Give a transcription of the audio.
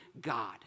God